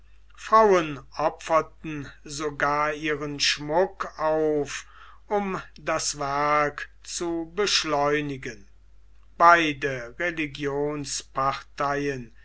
opferten sogar ihren schmuck auf um das werk zu beschleunigen beide